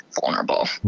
vulnerable